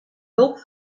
hulp